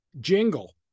jingle